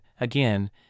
again